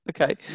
Okay